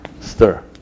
Stir